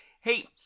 Hey